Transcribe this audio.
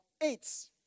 AIDS